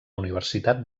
universitat